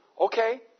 Okay